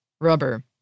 rubber